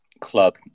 club